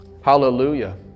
Hallelujah